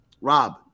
Rob